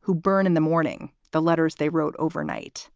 who burn in the morning, the letters they wrote overnight